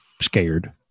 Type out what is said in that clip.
scared